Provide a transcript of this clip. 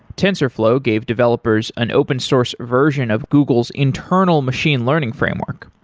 tensorflow gave developers an open source version of google's internal machine learning framework.